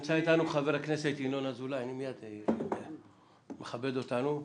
נמצא איתנו חבר הכנסת ינון אזולאי, מכבד אותנו.